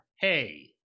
Hey